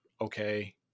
Okay